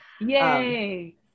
Yay